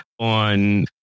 on